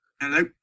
Hello